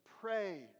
Pray